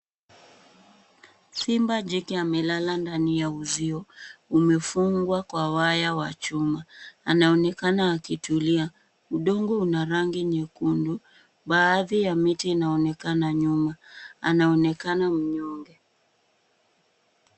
SImba jike amelala ndani ya uzio, umefungwa kwa waya wa chuma, anaonekana akitulia. Udongo una rangi nyekundu. Baadhi ya miti inaonekana nyuma. Anaonekana mnyonge.